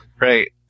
Right